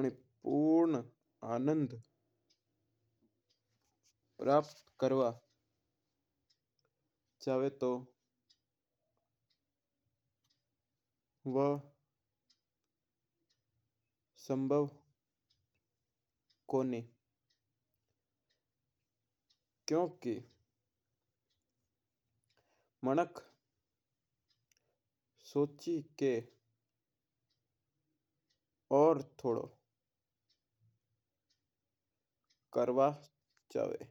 आना पूर्ण आंनंद प्राप्त परवा चावा तो वा संभव कोनी। क्योंकि मिनाक्क सोचो का और थोडो करवा चावा।